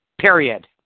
Period